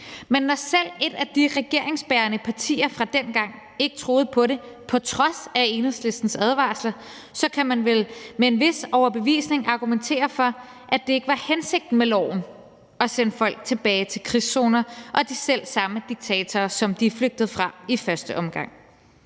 Men når selv et af de regeringsbærende partier fra dengang ikke troede på det på trods af Enhedslistens advarsler, kan man vel med en vis overbevisning argumentere for, at det ikke var hensigten med loven at sende folk tilbage til krigszoner og de selv samme diktatorer, som de er flygtet fra i første omgang.